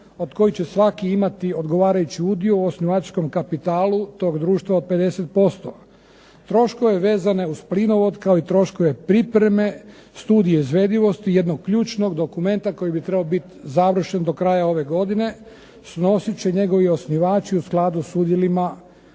od kojih će svakih imati odgovarajući udio u osnivačkom kapitalu tog društva od 50%. Troškove vezane uz plinovod, kao i troškove pripreme studije izvedivosti jednog ključnog dokumenta koji bi trebao biti završen do kraja ove godine, snosit će njegovi osnivači u skladu s udjelima